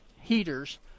heaters